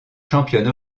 championne